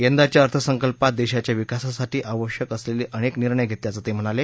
यंदाच्या अर्थसंकल्पात देशाच्या विकासासाठी आवश्यक असलेले अनेक निर्णय घेतल्याचं ते म्हणाले